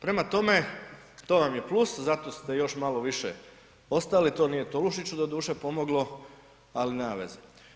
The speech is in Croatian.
Prema tome, to vam je plus, zato ste još malo više ostali, to nije Tolušiću, doduše pomoglo, ali nema veze.